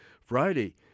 Friday